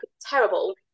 terrible